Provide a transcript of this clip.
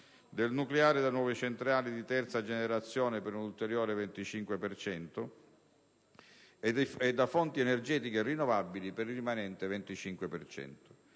del nucleare da nuove centrali di terza generazione per un ulteriore 25 per cento e di fonti energetiche rinnovabili per il rimanente 25